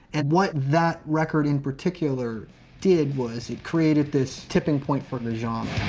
and what that record in particular did was it created this tipping point for and the genre.